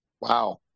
Wow